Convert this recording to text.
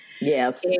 Yes